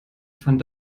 fand